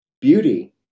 beauty